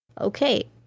okay